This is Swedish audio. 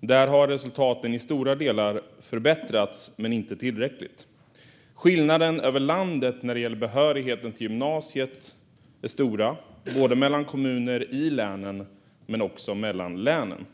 Där har resultaten i stora delar förbättrats, dock inte tillräckligt. Skillnaderna över landet när det gäller behörighet till gymnasiet är stora, både mellan kommuner i länen och mellan länen.